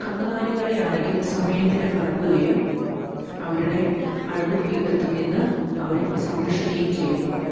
കന്നുകാലികളെ ആണെങ്കിൽ സമയത്തിന് കറക്കുകയും അവരുടെ അകിട് വീക്കത്തിൽ നിന്ന് അവരെ സംരക്ഷിക്കുകയും ചെയ്യേണ്ടതുണ്ട്